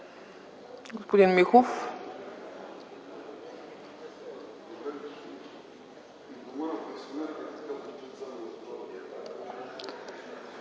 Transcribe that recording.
Господин Михов.